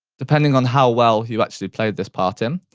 depending on how well you actually played this part in,